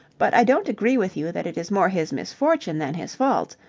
but i don't agree with you that it is more his misfortune than his fault.